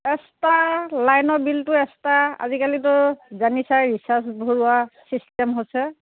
extra লাইনৰ বিলটো extra আজিকালিতো জানিচাই ৰিচাৰ্চ ভৰোৱা চিষ্টেম হৈছে